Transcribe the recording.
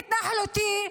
התנחלותי,